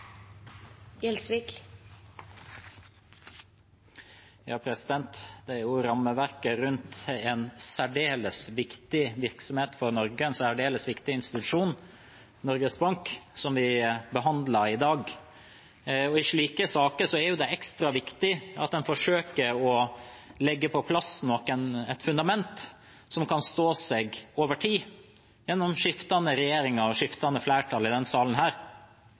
særdeles viktig virksomhet for Norge, en særdeles viktig institusjon – Norges Bank – vi behandler i dag. I slike saker er det ekstra viktig at en forsøker å legge på plass et fundament som kan stå seg over tid, gjennom skiftende regjeringer og skiftende flertall i denne salen.